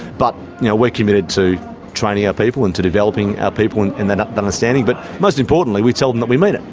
but you know we're committed to training our people and to developing our people in in that understanding, but most importantly we tell that that we mean it.